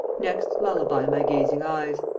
next lullaby my gazing eyes,